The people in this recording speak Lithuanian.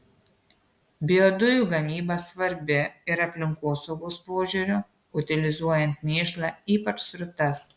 biodujų gamyba svarbi ir aplinkosaugos požiūriu utilizuojant mėšlą ypač srutas